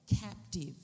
captive